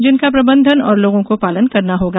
जिनका प्रबंधन और लोगों को पालन करना होगा